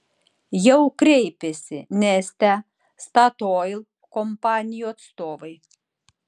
jau kreipėsi neste statoil kompanijų atstovai